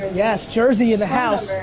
yes, jersey in the house.